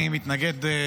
אני מתנגד לדיל.